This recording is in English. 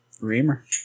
Reamer